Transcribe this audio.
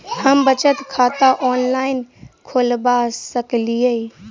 हम बचत खाता ऑनलाइन खोलबा सकलिये?